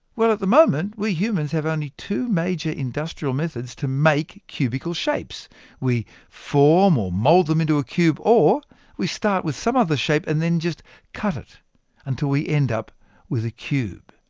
well, at the moment, we humans have only two major industrial methods to make cubical shapes we form or mould them into a cube, or we start with some other shape and then just cut it until we end up with a cube.